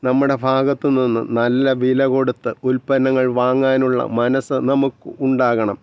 നമ്മുടെ ഭാഗത്ത് നിന്ന് നല്ല വില കൊടുത്ത് ഉൽപ്പന്നങ്ങൾ വാങ്ങാനുള്ള മനസ്സ് നമുക്ക് ഉണ്ടാകണം